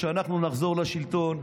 כשאנחנו נחזור לשלטון,